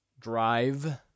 Drive